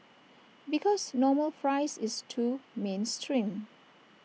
because normal fries is too mainstream